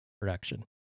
production